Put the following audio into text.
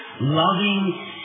loving